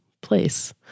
place